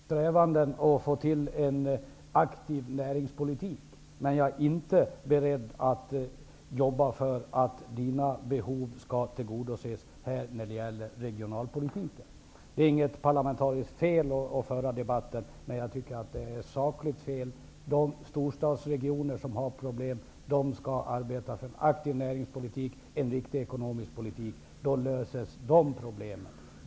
Herr talman! Jag är beredd att hjälpa Olle Schmidt att få en aktiv näringspolitik, men jag är inte beredd att arbeta för att Olle Schmidts behov skall tillgodoses när det gäller regionalpolitiken. Det är inget parlamentariskt fel att föra den här debatten nu, men jag tycker att det är sakligt fel. De storstadsregioner som har problem skall arbeta för en aktiv näringspolitik och en riktig ekonomisk politik. Då löses problemen.